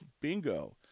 bingo